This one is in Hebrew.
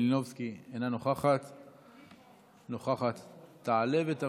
חברת הכנסת יוליה מלינובסקי תעלה ותבוא,